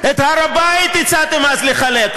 את הר הבית הצעתם אז לחלק.